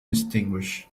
extinguished